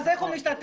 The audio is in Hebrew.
אז איך הוא משתתף